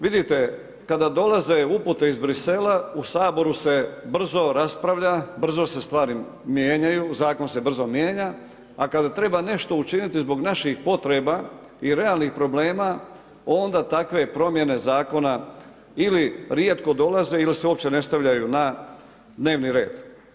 Vidite, kada dolaze upute iz Brisela u Saboru se brzo raspravlja, brzo se stvari mijenjaju, zakon se brzo mijenja, a kada treba nešto učiniti zbog naših potreba i realnih problema, onda takve promjene zakona ili rijetko dolaze ili se uopće ne stavljaju na dnevni red.